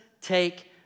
take